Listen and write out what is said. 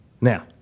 Now